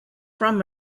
from